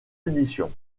éditions